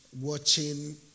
watching